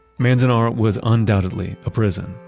manzanar was undoubtedly a prison.